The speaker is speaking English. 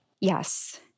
yes